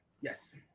Yes